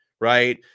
right